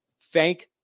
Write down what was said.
Thank